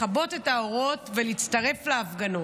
לכבות את האורות ולהצטרף להפגנות.